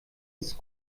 ist